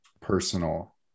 personal